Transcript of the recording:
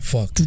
Fuck